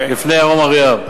לפני יורם אריאב.